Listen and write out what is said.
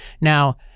Now